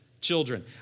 children